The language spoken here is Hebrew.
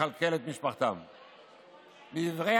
תודה,